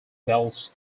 belts